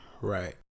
Right